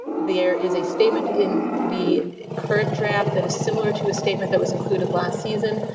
there is a statement in the current draft that is similar to a statement that was included last season,